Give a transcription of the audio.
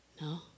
no